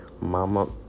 mama